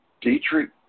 Dietrich